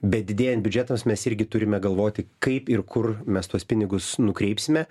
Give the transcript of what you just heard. bet didėjant biudžetams mes irgi turime galvoti kaip ir kur mes tuos pinigus nukreipsime